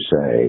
say